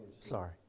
Sorry